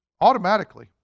automatically